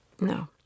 No